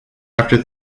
after